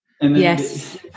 Yes